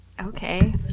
Okay